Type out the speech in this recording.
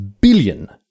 billion